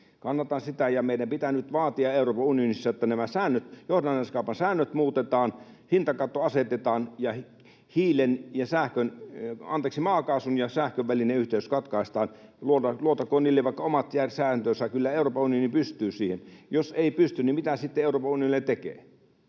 Kannatan sitä. Ja meidän pitää nyt vaatia Euroopan unionissa, että nämä johdannaiskaupan säännöt muutetaan, hintakatto asetetaan ja maakaasun ja sähkön välinen yhteys katkaistaan. Luotakoon niille vaikka omat sääntönsä. Kyllä Euroopan unioni pystyy siihen. Jos ei pysty, niin mitä sitten Euroopan unionilla tekee?